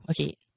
okay